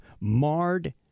marred